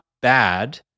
bad